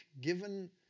given